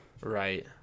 right